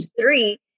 three